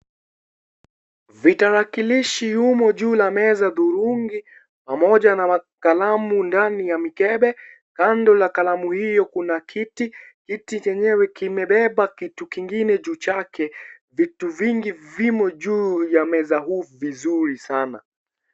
Vitarakilishi yumo juu ya meza ya hudhurungi pamoja na kalamu ndani ya mikebe. Kando la kalamu hiyo kuna kiti, kiti chenyewe kimebeba kitu kingine juu chake. Vitu vingi vimo juu ya meza huu vizuri sana.